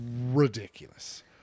ridiculous